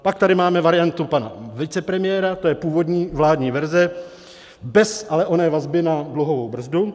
Pak tady máme variantu pana vicepremiéra, to je původní vládní verze, bez ale oné vazby na dluhovou brzdu.